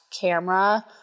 camera